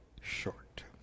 short